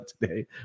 today